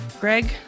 Greg